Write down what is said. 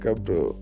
bro